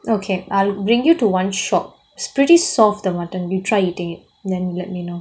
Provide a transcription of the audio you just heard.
okay I'll bring you to one shop is pretty soft the mutton you try eating it then let me know